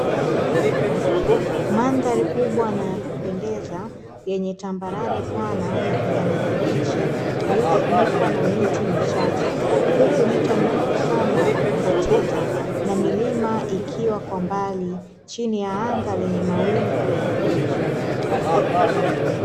Mandhari kubwa na ya kupendeza yenye tambarare pana za kijani kibichi, iliyofunikwa na miti michache, huku mto mrefu sana ukikatiza na milima ikiwa kwa mbali chini ya anga lenye mawingu ya bluu.